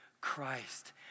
Christ